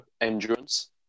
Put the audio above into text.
Endurance